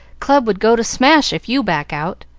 club would go to smash, if you back out!